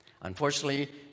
Unfortunately